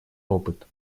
опыт